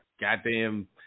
goddamn